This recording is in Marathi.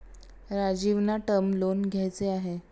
राजीवना टर्म लोन घ्यायचे आहे